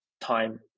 time